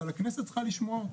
אבל הכנסת צריכה לשמוע אותה.